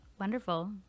Wonderful